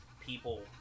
people